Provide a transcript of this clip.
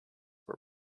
were